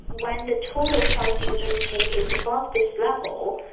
when the total calcium intake is above this level,